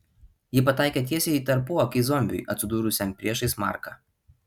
ji pataikė tiesiai į tarpuakį zombiui atsidūrusiam priešais marką